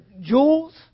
jewels